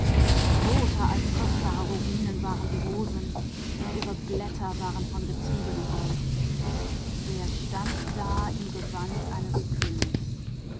roter als rubinen waren die rosen und ihre blätter waren aus getriebenem golde er stand da im gewand eines königs